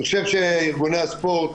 אני חושב שארגוני הספורט,